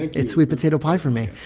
it's sweet potato pie for me.